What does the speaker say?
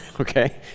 Okay